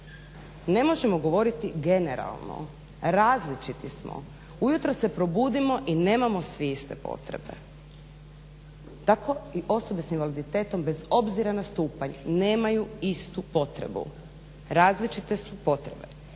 Ne možemo govoriti generalno, različiti smo. Ujutro se probudimo i nemamo svi iste potrebe, tako i osobe s invaliditetom bez obzira na stupanj nemaju istu potrebu, različite su potrebe.